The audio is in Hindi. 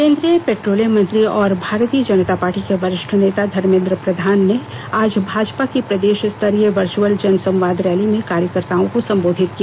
केंद्रीय पेट्रोलियम मंत्री और भारतीय जनता पार्टी के वरिष्ठ नेता धर्मेन्द्र प्रधान ने आज भाजपा की प्रदेश स्तरीय वर्चुअल जनसंवाद रैली में कार्यकर्ताओं को संबोधित किया